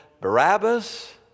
Barabbas